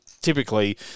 typically